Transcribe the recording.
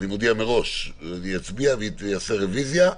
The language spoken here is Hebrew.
אני מודיע מראש, אצביע ואעשה רביזיה,